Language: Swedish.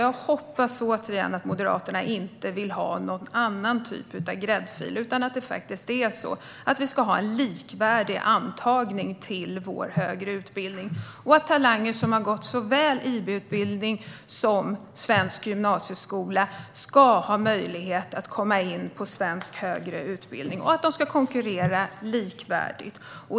Jag hoppas återigen att Moderaterna inte vill ha någon annan typ av gräddfil utan att vi ska ha en likvärdig antagning till vår högre utbildning, så att både talanger som har gått IB-utbildning och talanger som har gått svensk gymnasieskola ska ha möjlighet att komma in på svensk högre utbildning och att de ska konkurrera likvärdigt.